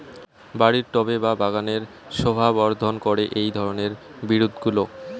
বাড়ির টবে বা বাগানের শোভাবর্ধন করে এই ধরণের বিরুৎগুলো